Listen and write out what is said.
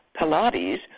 Pilates